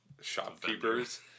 shopkeepers